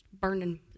burning